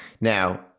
Now